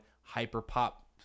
hyper-pop